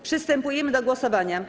Przystępujemy do głosowania.